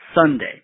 Sunday